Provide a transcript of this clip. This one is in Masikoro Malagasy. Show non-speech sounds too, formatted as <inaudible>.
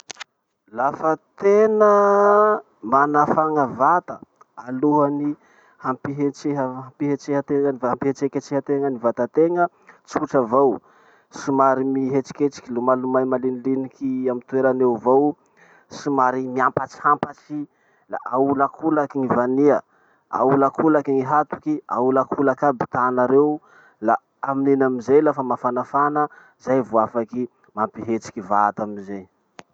<noise> Lafa tena <noise> manafana vata alohan'ny hampihetseha- hampihetseha-tena hampihetseketsehatena ny vatantena, tsotra avao. Somary mihetsiketsiky lomailomay maliniliniky amy toeran'eo avao, somary miampatsampatsy, la aolakolaky gny vania, aholakolaky gny hatoky, aholakolaky aby tana reo, la amin'iny amizay lafa mafanafana, zay vo afaky mampihetsiky vata amizay.